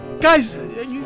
Guys